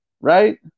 right